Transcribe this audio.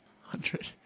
hundred